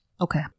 Okay